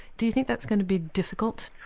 do you think that's going to be difficult?